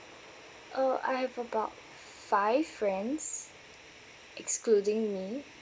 uh I have about five friends excluding me